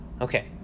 Okay